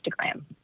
Instagram